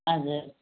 हजुर